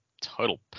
total